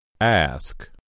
Ask